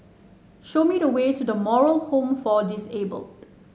show me the way to The Moral Home for Disabled